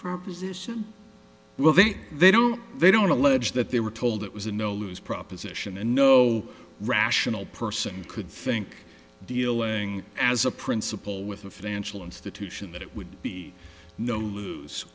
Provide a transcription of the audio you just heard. no position will be they don't they don't allege that they were told it was a no lose proposition and no rational person could think dealing as a principal with a financial institution that it would be no lose